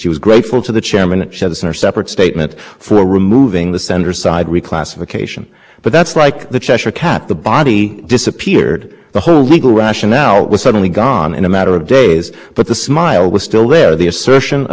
internet providers actions providers are making to consumers connection to the internet includes it's part of that service for two reasons first because it is a separate service as this court